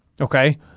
Okay